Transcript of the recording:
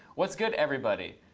what's good, everybody?